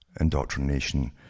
indoctrination